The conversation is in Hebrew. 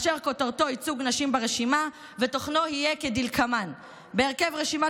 אשר כותרתו "ייצוג נשים ברשימה" ותוכנו יהיה כדלקמן: "בהרכב רשימת